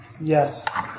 Yes